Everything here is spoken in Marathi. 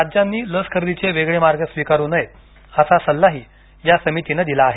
राज्यांनी लस खरेदीचे वेगळे मार्ग स्वीकारु नयेत असा सल्लाही या समितीनं दिला आहे